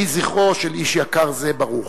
יהי זכרו של איש יקר זה ברוך.